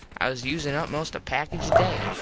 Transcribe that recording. i was usin up most a package a day.